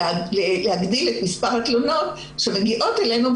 ולהגדיל את מספר התלונות שמגיעות אלינו,